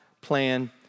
plan